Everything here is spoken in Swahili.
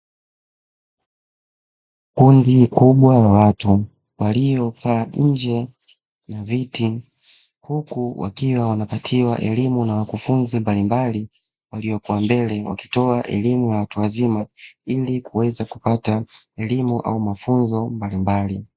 Kundi kubwa la watu walio kaa nje na viti, huku wakiwa wanapatiwa elimu na wakufunzi mbalimbali waliokuwa mbele wakitoa elimu ya watu wazima ili kuweza kupata elimu au mafunzo mbalimbali.